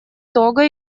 того